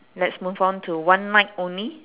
let's move on to one night only